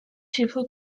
people